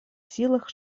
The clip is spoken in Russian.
силах